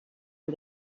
for